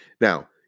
Now